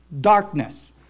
darkness